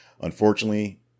Unfortunately